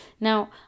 Now